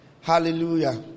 Hallelujah